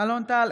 אלון טל,